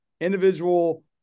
individual